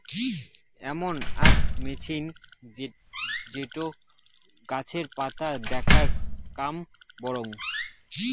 এমন আক মেছিন যেটো গাছের পাতা দেখে কাম করং